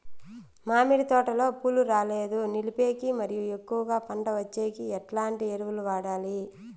మామిడి తోటలో పూలు రాలేదు నిలిపేకి మరియు ఎక్కువగా పంట వచ్చేకి ఎట్లాంటి ఎరువులు వాడాలి?